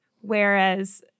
Whereas